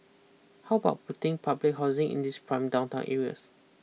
how about putting public housing in these prime downtown areas